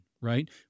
right